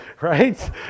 right